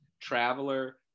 traveler